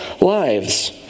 lives